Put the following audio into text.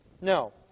No